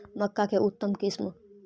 मक्का के उतम किस्म?